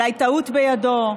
אולי טעות בידו,